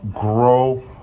grow